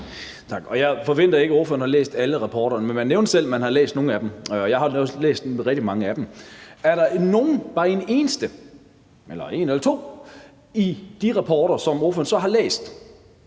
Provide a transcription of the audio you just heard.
Jeg forventer ikke, at ordføreren har læst alle rapporterne, men man nævnte selv, at man havde læst nogle af dem. Jeg har også læst rigtig mange af dem. Er der nogen fagpersoner, bare en eneste eller to, der i de rapporter, som ordføreren så har læst,